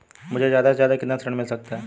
मुझे ज्यादा से ज्यादा कितना ऋण मिल सकता है?